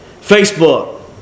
Facebook